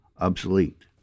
obsolete